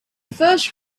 first